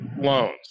loans